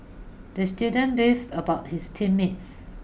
the student beefed about his team mates